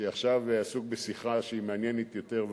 שעכשיו עסוק בשיחה שהיא מעניינת יותר,